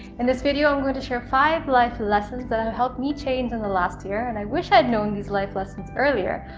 in this video i'm going to share five life lessons that have and helped me change in the last year, and i wish i'd known these life lessons earlier.